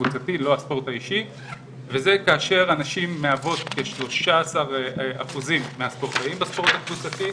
וזה כאשר הנשים מהוות כשלושה עשר אחוזים מהספורטאים בספורט הקבוצתי,